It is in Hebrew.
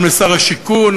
גם לשר השיכון,